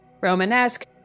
Romanesque